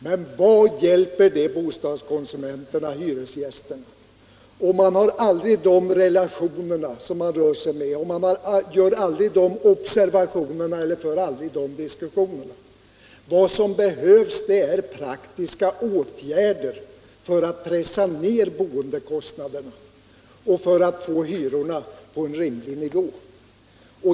Men vad hjälper det bostadskonsumenterna, dvs. hyresgästerna? Man har aldrig de kostnadsrelationer som man hänvisar till, och man gör aldrig de observationer och för aldrig de diskussioner som man talar om. Vad som nu behövs är praktiska åtgärder för att pressa ner boendekostnaderna och för att få hyrorna på en rimlig nivå.